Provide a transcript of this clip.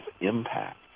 impact